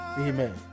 amen